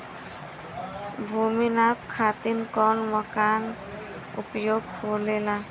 भूमि नाप खातिर कौन मानक उपयोग होखेला?